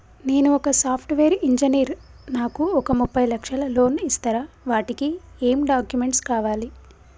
నేను ఒక software engineer నాకు ఒక ముప్పై లక్షల లోన్ ఇస్తరా? వాటికి ఏం డాక్యుమెంట్స్ కావాలి?